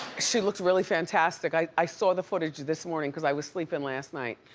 she looked really fantastic. i i saw the footage this morning cause i was sleeping last night.